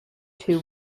two